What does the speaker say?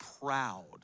proud